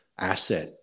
asset